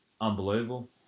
unbelievable